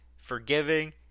forgiving